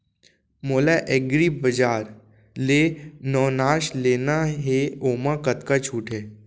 मोला एग्रीबजार ले नवनास लेना हे ओमा कतका छूट हे?